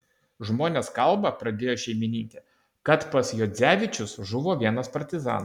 žmonės kalba pradėjo šeimininkė kad pas juodzevičius žuvo vienas partizanas